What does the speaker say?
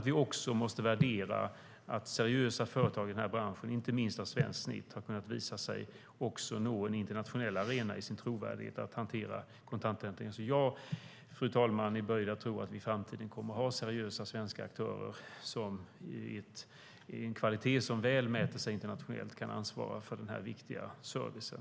Vi måste också värdera att seriösa företag i den här branschen, inte minst av svenskt snitt, har visat sig också kunna nå en internationell arena i sin trovärdighet att hantera kontanter. Fru talman! Jag är böjd att tro att vi i framtiden kommer att ha seriösa svenska aktörer med en kvalitet som väl mäter sig internationellt som kan ansvara för den här viktiga servicen.